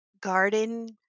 garden